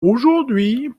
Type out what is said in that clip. aujourd’hui